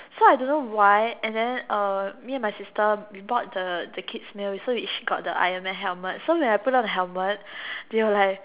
so I don't know why and then uh me and my sister we bought the the kids meal so we each got the Iron Man helmet so when I put on the helmet they were like